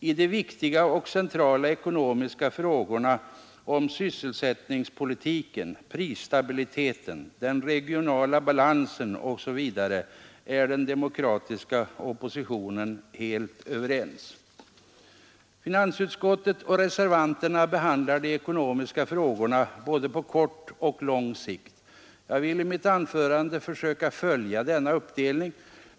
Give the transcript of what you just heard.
I de viktiga och centrala ekonomiska frågorna om sysselsättningspolitiken, prisstabiliteten, den regionala balansen osv. är den demokra tiska oppositionen helt överens. Finansutskottet och reservanterna behandlar de ekonomiska frågorna på både kort och på lång sikt. Jag vill i mitt anförande försöka följa denna uppdelning.